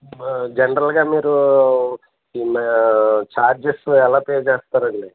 జనరల్గా మీరు ఈ మా ఛార్జెస్ ఎలా పే చేస్తారు అండి